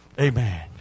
Amen